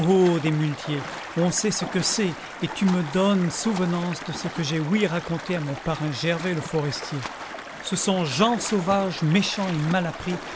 des muletiers on sait ce que c'est et tu me donnes souvenance de ce que j'en ai ouï raconter à mon parrain gervais le forestier ce sont gens sauvages méchants et